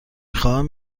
خواهم